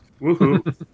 Woohoo